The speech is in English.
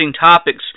topics